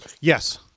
Yes